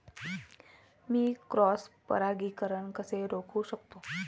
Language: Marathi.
मी क्रॉस परागीकरण कसे रोखू शकतो?